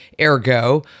Ergo